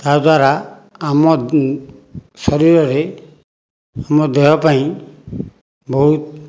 ତାଦ୍ଵାରା ଆମ ଶରୀରରେ ଆମ ଦେହପାଇଁ ବହୁତ